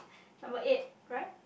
number eight right